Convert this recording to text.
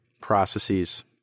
processes